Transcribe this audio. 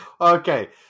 okay